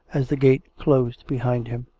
as the gate closed behind him.